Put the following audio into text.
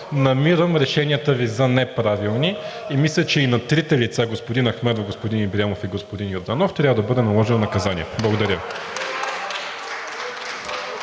Намирам решенията Ви за неправилни и мисля, че и на трите лица – господин Ахмедов, господин Ибрямов и господин Йорданов, трябва да бъде наложено наказание. Благодаря